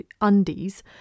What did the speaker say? undies